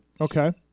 okay